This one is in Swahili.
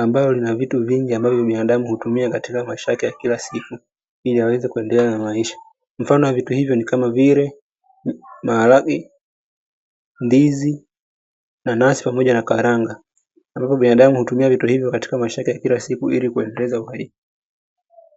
amblo lina vitu vingi ambavyo binadamu hutumia katika maisha yake ya kila siku, ili aweze kuendelea na maisha, mfano wa vitu hivyo ni kama vile, maharage, ndizi na nazi ,pamoja na karanga, ambapo binadamu hutumia vitu hivyo katika maisha yake ya kila siku, ili kuendeleza umri.